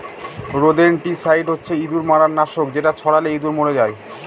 rodenticide হচ্ছে ইঁদুর মারার নাশক যেটা ছড়ালে ইঁদুর মরে যায়